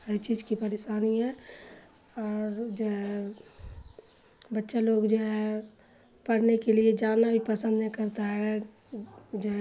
ہر چیز کی پریشانی ہے اور جو ہے بچہ لوگ جو ہے پڑھنے کے لیے جانا بھی پسند نہیں کرتا ہے جو ہے